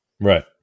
right